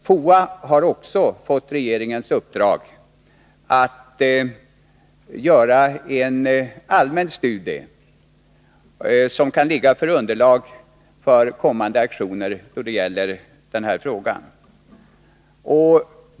FOA har också fått regeringens uppdrag att göra en allmän studie, som kan ligga som underlag för kommande aktioner i den här frågan.